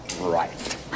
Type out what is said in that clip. right